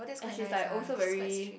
and she's like also very